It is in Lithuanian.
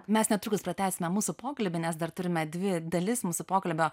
mes netrukus pratęsime mūsų pokalbį nes dar turime dvi dalis mūsų pokalbio